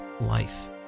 life